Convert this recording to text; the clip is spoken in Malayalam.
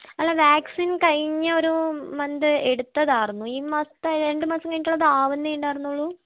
അല്ല വാക്സിൻ കഴിഞ്ഞൊരു മന്ത് എടുത്തതായിരുന്നു ഈ മാസത്തെ രണ്ട് മാസം കഴിഞ്ഞിട്ടൊള്ളതാവുന്നേ ഉണ്ടാർന്നുള്ളൂ